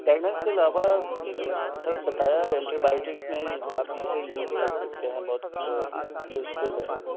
diagnose کے علاوہ sir بتایا اینٹی بایوٹکس میں آپ اِسے یُوز کر سکتے ہیں بہت یُوزفُل ہے